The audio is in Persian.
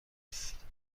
هست